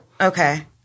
Okay